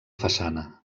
façana